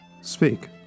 Speak